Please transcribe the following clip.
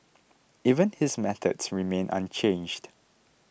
even his methods remain unchanged